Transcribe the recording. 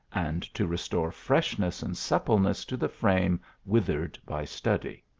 and to restore freshness and suppleness to the frame withered by study.